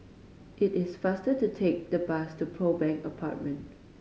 it is faster to take the bus to Pearl Bank Apartment